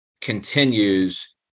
continues